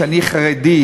שאני חרדי,